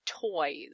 toys